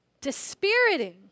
dispiriting